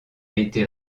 été